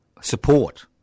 support